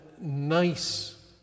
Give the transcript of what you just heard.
nice